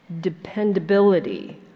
dependability